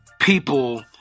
people